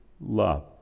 love